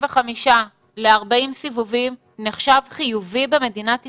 ל-40 סיבובים נחשב חיובי במדינת ישראל?